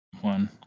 One